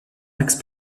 axe